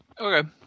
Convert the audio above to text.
Okay